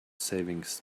savings